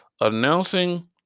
announcing